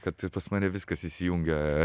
kad pas mane viskas įsijungia